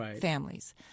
families